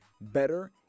better